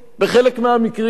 בחלק מהמקרים.